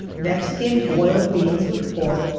next came boiled beans with pork,